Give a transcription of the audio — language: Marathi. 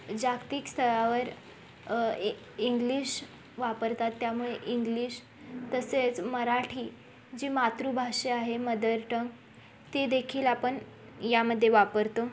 जागतिक स्तरावर ए इंग्लिश वापरतात त्यामुळे इंग्लिश तसेच मराठी जी मातृभाषा आहे मदर टंग ती देखील आपण यामध्ये वापरतो